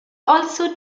also